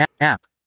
App